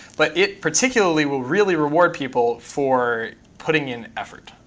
but it particularly will really reward people for putting in effort.